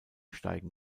steigen